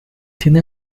tiene